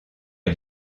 est